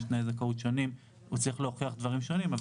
יש להוכיח דברים שונים.